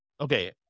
okay